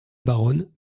baronne